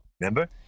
Remember